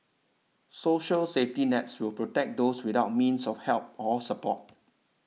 social safety nets will protect those without means of help or support